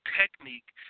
technique